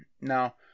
Now